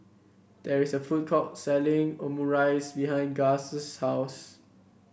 there is a food court selling Omurice behind Guss's house